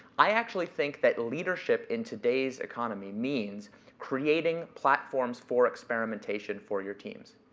i actually think that leadership in today's economy means creating platforms for experimentation for your teams.